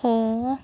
ਹੋ